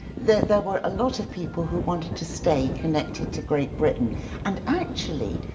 there there were a lot of people who wanted to stay connected to great britain and actually,